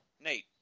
Nate